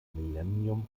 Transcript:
millennium